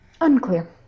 unclear